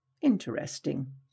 interesting